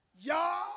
Y'all